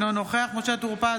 אינו נוכח משה טור פז,